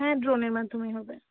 হ্যাঁ ড্রোনের মাধ্যমেই হবে